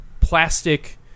plastic